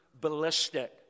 ballistic